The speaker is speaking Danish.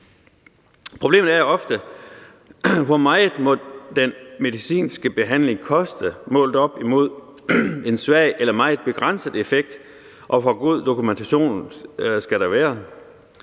Spørgsmålet er ofte, hvor meget den medicinske behandling må koste, målt op imod en svag eller meget begrænset effekt, og hvor god en dokumentation der skal være.